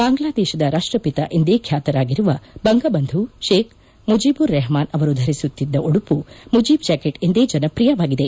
ಬಾಂಗ್ಲಾದೇಶದ ರಾಷ್ಟ್ರಪಿತಾ ಎಂದೇ ಖ್ಯಾತರಾಗಿರುವ ಬಂಗಬಂಧು ಶೇಖ್ ಮುಜೀಬುರ್ ರೆಹಮಾನ್ ಅವರು ಧರಿಸುತ್ತಿದ್ದ ಉದುಪು ಮುಜೀಬ್ ಜಾಕೇಟ್ ಎಂದೇ ಜನಪ್ರಿಯವಾಗಿದೆ